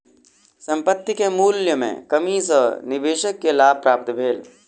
संपत्ति के मूल्य में कमी सॅ निवेशक के लाभ प्राप्त भेल